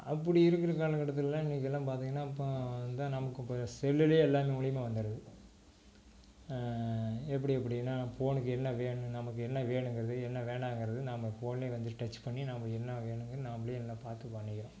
அப்படி இருக்கிற காலகட்டத்தில் இன்னைக்கெல்லாம் பார்த்தீங்கன்னா இப்போது இதான் நமக்கு இப்போ செல்லுலேயே எல்லாம் மூலிமா வந்துடுது எப்படி அப்படின்னா ஃபோனுக்கு என்ன வேணும் நமக்கு என்ன வேணுங்கிறது என்ன வேணாங்கிறது நாம் ஃபோன்லேயே வந்து டச் பண்ணி நாம் என்ன வேணும்ன்னு நாம்மளே எல்லாம் பார்த்துப் பண்ணிக்கிறோம்